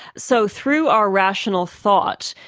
so through our rational thought,